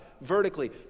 vertically